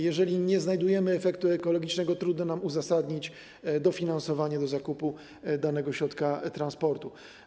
Jeżeli nie znajdujemy efektu ekologicznego, trudno nam uzasadnić dofinansowanie zakupu danego środka transportu.